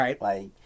Right